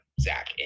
Zach